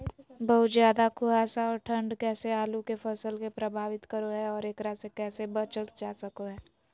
बहुत ज्यादा कुहासा और ठंड कैसे आलु के फसल के प्रभावित करो है और एकरा से कैसे बचल जा सको है?